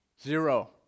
Zero